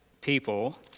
people